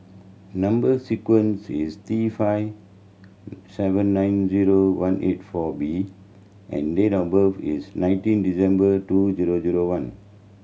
number sequence is T five seven nine zero one eight four B and date of birth is nineteen December two zero zero one